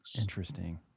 Interesting